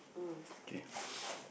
mm